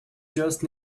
just